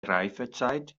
reifezeit